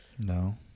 No